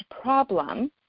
problem